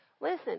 Listen